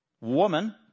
Woman